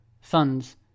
Funds